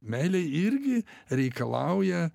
meilė irgi reikalauja